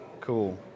cool